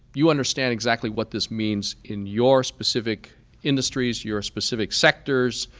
you understand exactly what this means in your specific industries, your specific sectors,